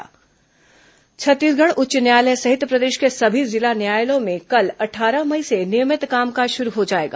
corona high court कामकाज छत्तीसगढ़ उच्च न्यायालय सहित प्रदेश के सभी जिला न्यायालयों में कल अट्ठारह मई से नियमित कामकाज शुरू हो जाएगा